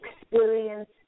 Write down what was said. experience